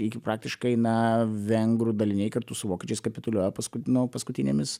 iki praktiškai na vengrų daliniai kartu su vokiečiais kapituliuoja paskut nu paskutinėmis